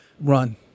run